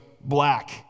black